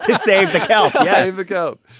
save the count does it go